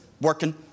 working